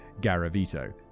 Garavito